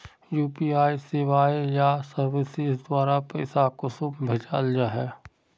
UPI सेवाएँ या services द्वारा पैसा कुंसम भेजाल जाहा?